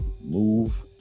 move